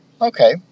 Okay